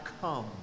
come